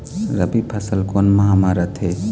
रबी फसल कोन माह म रथे?